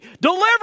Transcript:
Deliver